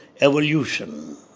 evolution